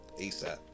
Asap